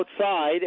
outside